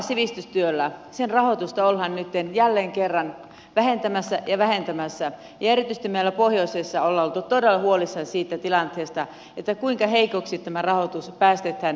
vapaan sivistystyön rahoitusta ollaan jälleen kerran vähentämässä ja vähentämässä ja erityisesti meillä pohjoisessa ollaan oltu todella huolissaan siitä tilanteesta kuinka heikoksi tämä rahoitus päästetään menemään